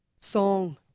song